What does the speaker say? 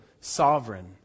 sovereign